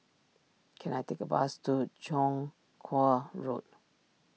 can I take a bus to Chong Kuo Road